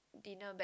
dinner back